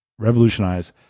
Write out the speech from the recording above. Revolutionize